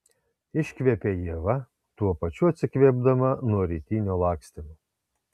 iškvepia ieva tuo pačiu atsikvėpdama nuo rytinio lakstymo